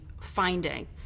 finding